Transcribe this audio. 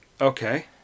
Okay